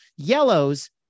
Yellows